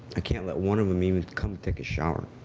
ah can't let one of them even come take a shower.